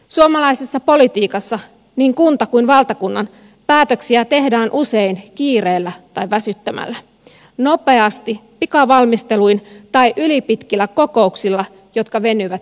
suomalaisessa politiikassa niin kunnan kuin valtakunnan päätöksiä tehdään usein kiireellä tai väsyttämällä nopeasti pikavalmisteluin tai ylipitkillä kokouksilla jotka venyvät yömyöhään